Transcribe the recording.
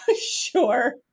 Sure